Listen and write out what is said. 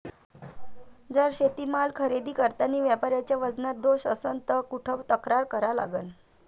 जर शेतीमाल खरेदी करतांनी व्यापाऱ्याच्या वजनात दोष असन त कुठ तक्रार करा लागन?